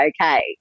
okay